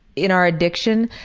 in our addiction,